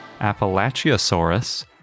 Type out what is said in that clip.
Appalachiosaurus